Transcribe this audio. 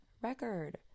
record